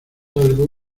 algo